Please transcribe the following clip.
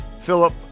Philip